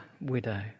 widow